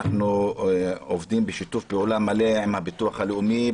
אנחנו עובדים בשיתוף פעולה מלא עם הביטוח הלאומי.